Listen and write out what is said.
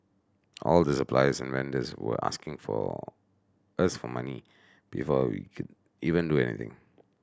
all the suppliers and vendors were asking for as for money before we could even do anything